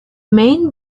main